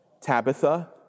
Tabitha